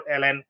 ln